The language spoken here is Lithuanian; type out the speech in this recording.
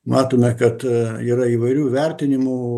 matome kad yra įvairių vertinimų